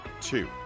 Two